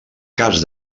cas